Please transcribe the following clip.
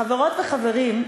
חברות וחברים,